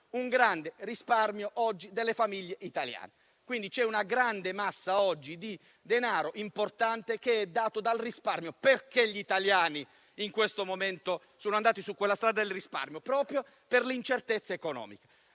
un grande risparmio delle famiglie italiane. Quindi, c'è una importante massa di denaro data dal risparmio. Perché gli italiani in questo momento sono andati sulla strada del risparmio? Proprio per l'incertezza economica.